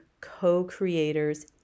co-creators